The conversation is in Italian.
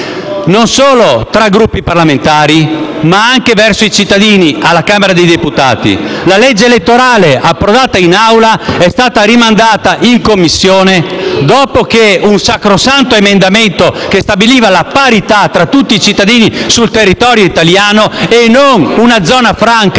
non solo tra Gruppi parlamentari, ma anche verso i cittadini. Alla Camera dei deputati la legge elettorale, approdata in Aula, è stata rimandata in Commissione dopo che un sacrosanto emendamento che stabiliva la parità tra tutti i cittadini sul territorio italiano, e non una zona franca